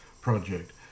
project